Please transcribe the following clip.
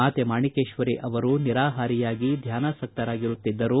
ಮಾತೆ ಮಾಣಿಕೇಶ್ವರಿ ಅವರು ನಿರಾಹಾರಿಯಾಗಿ ಧಾನ್ಯಾಸಕ್ತರಾಗುತ್ತಿದ್ದರು